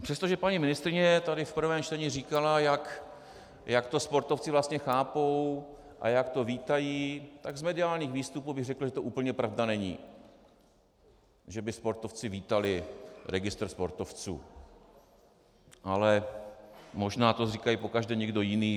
Přestože paní ministryně tady v prvním čtení říkala, jak to sportovci vlastně chápou a jak to vítají, tak z mediálních výstupů bych řekl, že to úplně pravda není, že by sportovci vítali registr sportovců, ale možná to říká pokaždé někdo jiný.